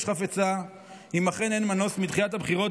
חפצה אם אכן אין מנוס מדחיית הבחירות,